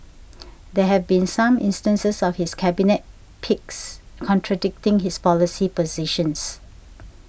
there have been some instances of his Cabinet picks contradicting his policy positions